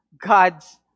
God's